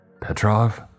Petrov